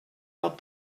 able